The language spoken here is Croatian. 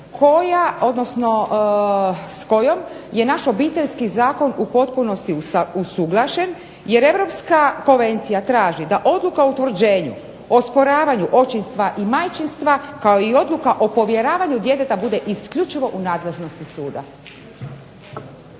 koja, odnosno s kojom je naš Obiteljski zakon u potpunosti usuglašen, jer europska konvencija traži da odluka o utvrđenju, osporavanju očinstva i majčinstva kao i odluka o povjeravanju djeteta bude isključivo u nadležnosti suda.